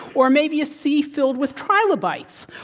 or maybe a sea filled with trilobites.